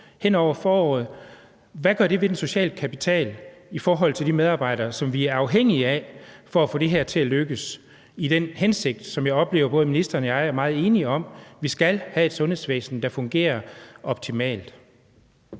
Hvad gør det ved den sociale kapital i forhold til de medarbejdere, som vi er afhængige af for at få det her til at lykkes? Jeg oplever, at ministeren og jeg er meget enige om hensigten, nemlig at vi skal have et sundhedsvæsen, der fungerer optimalt.